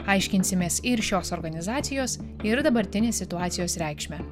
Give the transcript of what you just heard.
aiškinsimės ir šios organizacijos ir dabartinės situacijos reikšmę